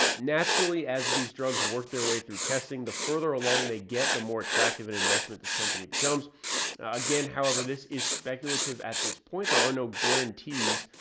ah naturally as these drugs work their way through testing, the further along they get the more attractive and investment this company becomes again, however, this is speculative at this point, there are no guarantees,